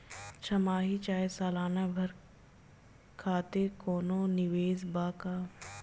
छमाही चाहे साल भर खातिर कौनों निवेश बा का?